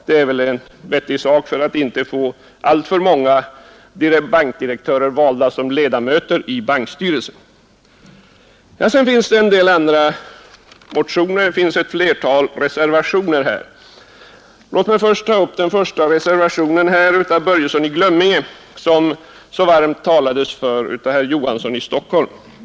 Det är väl vettigt för att inte alltför många bankdirektörer skall bli valda till ledamöter i bankstyrelsen. Det finns också en del andra motioner och flera reservationer. Låt mig först ta upp reservationen av herr Börjesson i Glömminge, vilken herr Olof Johansson i Stockholm så varmt talade för.